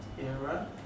era